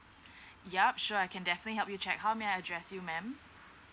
yup sure I can definitely help you check how may I address you ma'am